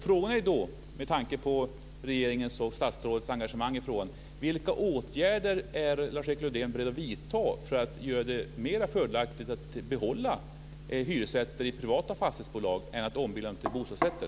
Frågan är, med tanke på regeringens och statsrådets engagemang i frågan, vilka åtgärder Lars-Erik Lövdén är beredd att vidta för att göra det mera fördelaktigt att behålla hyresrätter i privata fastighetsbolag än att ombilda dem till bostadsrätter.